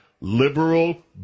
liberal